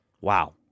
wow